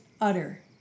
utter